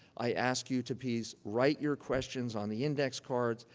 i ask you to please write your questions on the index cards,